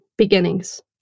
Beginnings